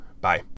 Bye